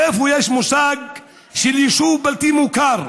איפה יש מושג של יישוב בלתי מוכר,